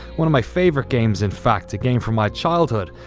one of my favorite games, in fact. a game from my childhood.